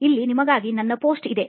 ಇಲ್ಲಿ ನಿಮಗಾಗಿ ನನ್ನ ಪೋಸ್ಟ್ ಇಲ್ಲಿದೆ